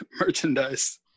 merchandise